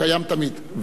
הוא קיים תמיד.